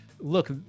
Look